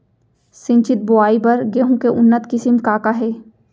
सिंचित बोआई बर गेहूँ के उन्नत किसिम का का हे??